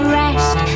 rest